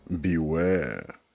Beware